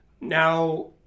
now